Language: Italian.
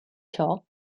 ciò